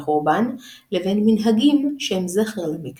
השארת אמה על אמה לא מסוידת בבית